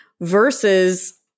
versus